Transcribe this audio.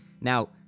Now